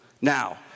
Now